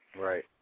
Right